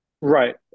Right